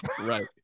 Right